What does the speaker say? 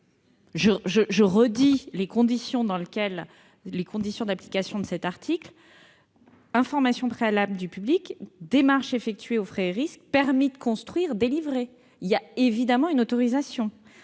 Je redis les conditions d'application de cet article : information préalable du public, démarches effectuées aux frais et risques du demandeur, permis de construire délivré- il y a donc évidemment une autorisation